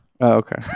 Okay